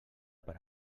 per